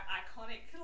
iconic